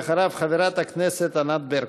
ואחריו, חברת הכנסת ענת ברקו.